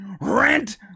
Rent